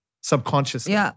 subconsciously